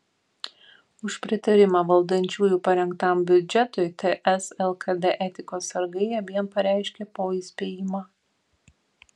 už pritarimą valdančiųjų parengtam biudžetui ts lkd etikos sargai abiem pareiškė po įspėjimą